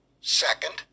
Second